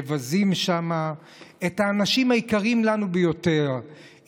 מבזים שם את האנשים היקרים לנו ביותר,